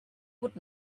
would